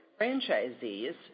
franchisees